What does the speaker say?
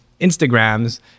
instagrams